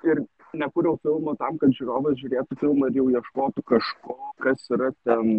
ir nekūriau filmo tam kad žiūrovas žiūrėtų filmą ir jau ieškotų kažko kas yra ten